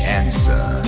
answer